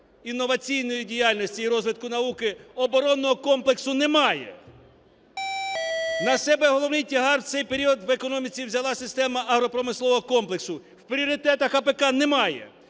інноваційної діяльності і розвитку науки оборонного комплексу немає. На себе головний тягар в цей період в економіці взяла система агропромислового комплексу. В пріоритетах АПК немає.